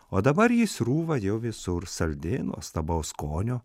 o dabar ji srūva jau visur saldi nuostabaus skonio